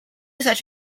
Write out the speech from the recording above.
such